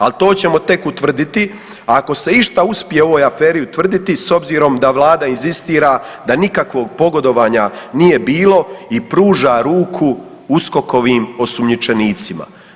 Al to ćemo tek utvrditi, a ako se išta uspije u ovoj aferi utvrditi s obzirom da vlada inzistira da nikakvog pogodovanja nije bilo i pruža ruku USKOK-ovim osumnjičenicima.